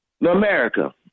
America